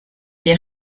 der